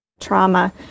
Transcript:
trauma